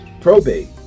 probate